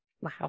Wow